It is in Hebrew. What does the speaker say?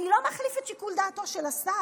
אני לא מחליף את שיקול דעתו של השר,